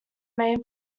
main